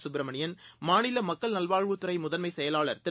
கப்பிரமணியன் மாநிலமக்கள் நல்வாழ்வுத்துறைமுதன்மைச் செயலாளர் திரு